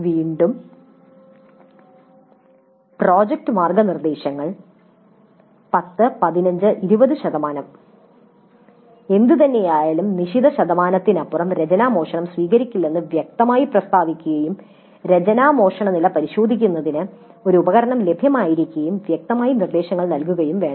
വീണ്ടും പദ്ധതി മാർഗ്ഗനിർദ്ദേശങ്ങൾ 10 15 20 ശതമാനം എന്തുതന്നെയായാലും നിശ്ചിത ശതമാനത്തിനപ്പുറം രചനാമോഷണം സ്വീകരിക്കില്ലെന്ന് വ്യക്തമായി പ്രസ്താവിക്കുകയും രചനാമോഷണനില പരിശോധിക്കുന്നതിന് ഒരു ഉപകരണം ലഭ്യമായിരിക്കുകയും വ്യക്തമായ നിർദ്ദേശങ്ങൾ നൽകുകയും വേണം